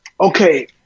okay